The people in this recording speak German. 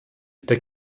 der